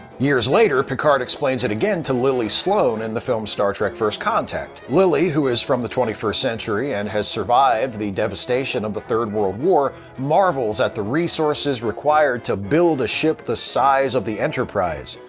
years later, picard explains it again to lily sloan in and the film star trek first contact. lily, who is from the twenty first century and has survived the devastation of the third world war, marvels at the resources required to build a ship the size of the enterprise.